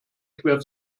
schwer